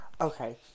Okay